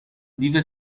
دیو